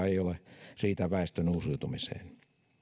ei riitä väestön uusiutumiseen